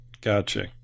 gotcha